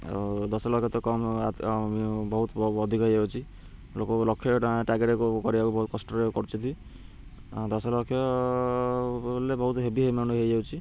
ଆଉ ଦଶ ଲକ୍ଷ ତ କମ୍ ବହୁତ ଅଧିକ ହେଇ ଯାଉଛି ଲୋକ ଲକ୍ଷ ଟଙ୍କା ଟାର୍ଗେଟ୍ କରିବାକୁ ବହୁତ କଷ୍ଟରେ କରୁଛନ୍ତି ଦଶ ଲକ୍ଷ ବୋଲେ ବହୁତ ହେଭି ଆମାଉଣ୍ଟ୍ ହେଇ ଯାଉଛି